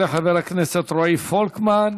יעלה חבר הכנסת רועי פולקמן,